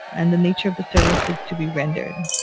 and the nature of the services to be rendered.